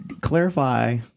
clarify